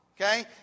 okay